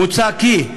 מוצע כי,